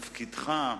שבתפקידך,